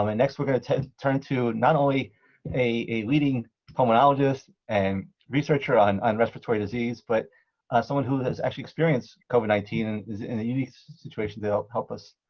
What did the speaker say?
um and next, we're going to to turn to not only a leading pulmonologist and researcher on on respiratory disease, but someone who has actually experienced covid nineteen and is in a unique situation to help help us